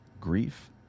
grief